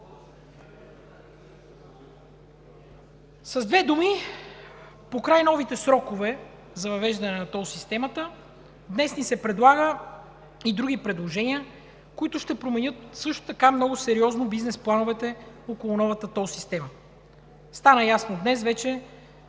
С две думи, покрай новите срокове за въвеждане на тол системата, днес ни се предлагат и други предложения, които ще променят също така много сериозно бизнес плановете около новата тол система. Днес вече